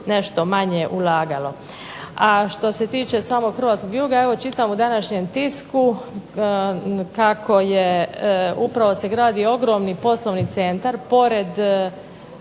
nešto manje ulagalo. A što se tiče samog hrvatskog juga, evo čitam u današnjem tisku kako se upravo gradi ogromni poslovni centar pored